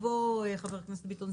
חבר הכנסת ביטון,